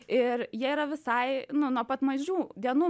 ir jie yra visai nu nuo pat mažų dienų